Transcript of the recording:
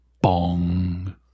Bong